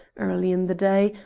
early in the day,